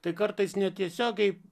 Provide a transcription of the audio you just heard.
tai kartais netiesiogiai